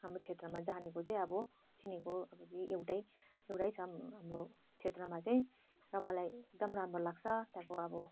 हाम्रो क्षेत्रमा जानेको चाहिँ अब चिनेको एउटै एउटै छ हाम्रो क्षेत्रमा चाहिँ र मलाई एकदम राम्रो लाग्छ त्यहाँको अब